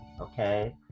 okay